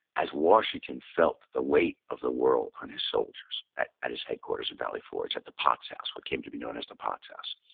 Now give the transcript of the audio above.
as washington felt that the weight of the world on his shoulders at at his headquarters in valley forge, at the potts house, what came to be known as the potts house.